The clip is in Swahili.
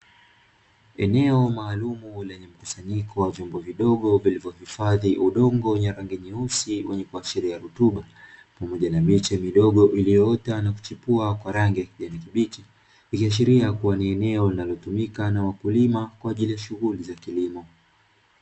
Eneo maalumu lenye mkusanyiko wa vyombo vidogo vilivyohifadhi udongo wenye rangi nyeusi wenye kuashiria rutuba, pamoja na miche midogo iliyoota na kuchipua kwa rangi ya kijani kibichi; ikiashiria kuwa ni eneo linalotumika na wakulima kwa ajili ya shughuli za kilimo.